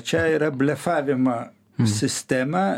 čia yra blefavimą sistema